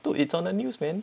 dude it's on a newsman